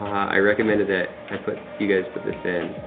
i recommended that i put, you guys put this in.